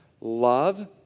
love